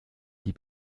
die